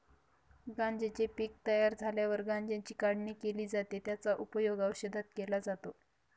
गांज्याचे पीक तयार झाल्यावर गांज्याची काढणी केली जाते, त्याचा उपयोग औषधात केला जातो